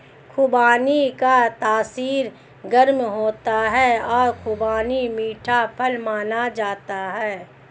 खुबानी का तासीर गर्म होता है और खुबानी मीठा फल माना जाता है